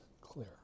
clear